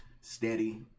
steady